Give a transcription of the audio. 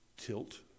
tilt